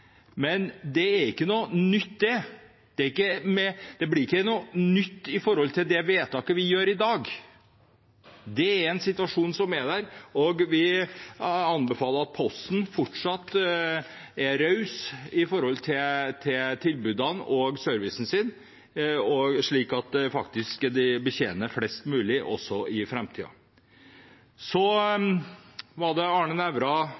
men det er ikke noe nytt, og det blir ikke noe nytt med det vedtaket vi gjør i dag. Det er en situasjon som er der, og vi anbefaler at Posten fortsatt er raus med tilbudene sine og servicen sin, slik at de faktisk betjener flest mulig også i framtiden. Så til Arne Nævra,